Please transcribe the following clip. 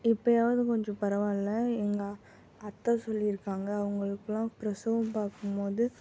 இப்பயாவது கொஞ்சம் பரவாயில்ல எங்கள் அத்தை சொல்லியிருக்காங்க அவுங்களுக்கெல்லாம் பிரசவம் பார்க்கும்போது